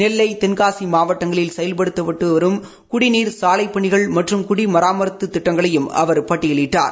நெல்லை தென்காசி மாவட்டங்களில் செயல்படுத்தப்பட்டு வரும் குடிநீர் சாலை பணிகள் மற்றும் குடிமராத்து திட்டங்களையும் அவர் பட்டியலிட்டார்